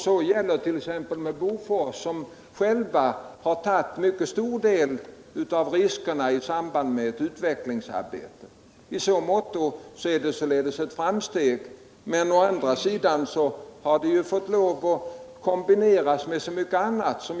Så gäller t.ex. för Bofors, som självt har tagit mycket stor del av riskerna i samband med utvecklingsarbete. I så måtto är det således ett framsteg. Men å andra sidan har detta fått kombineras med så mycket annat.